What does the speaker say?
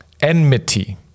enmity